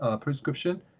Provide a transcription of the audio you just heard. prescription